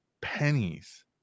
Pennies